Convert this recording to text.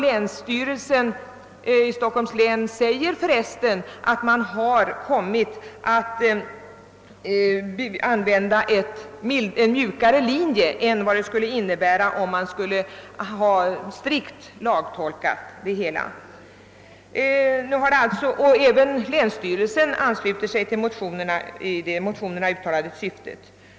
Länsstyrelsen i Stockholms län säger för övrigt att man har kommit att använda en mjukare linje än en strikt lagtolkning skulle innebära. Även länsstyrelsen ansluter sig till det i motionerna uttalade syftet.